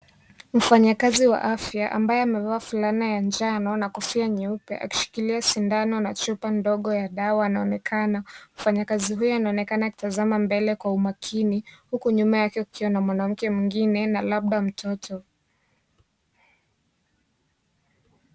Mfanyakazi wa afya ambaye amevaa fulana ya manjano na kofia nyeupe akishikilia sindano na chupa ndogo ya dawa anaonekana. Mfanyakazi huyo anaonekana akitazama mbele kwa umakini huku nyuma yake kukiwa na mwanamke mwingine na labda mtoto.